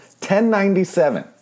1097